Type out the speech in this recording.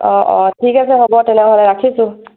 অঁ অঁ ঠিক আছে হ'ব তেনেহ'লে ৰাখিছোঁ